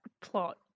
plot